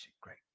Great